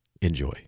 Enjoy